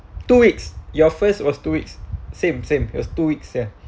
two weeks your first was two weeks same same it was two weeks ya